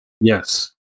yes